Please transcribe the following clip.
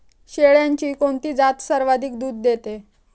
शेळ्यांची कोणती जात सर्वाधिक दूध देते?